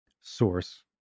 source